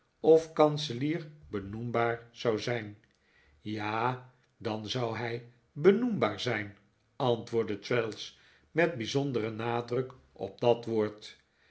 of kanselier benoembaar zou zijn ja dan zou hij benoembaar zijn antwoordde traddles met bijzonderen nadruk op dat woord